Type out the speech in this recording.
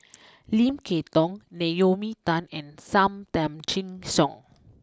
Lim Kay Tong Naomi Tan and Sam Tan Chin Siong